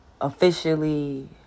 officially